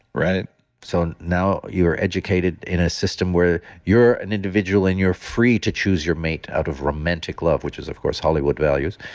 so now you're educated in a system where you're an individual and you're free to choose your mate out of romantic love, which is of course hollywood values.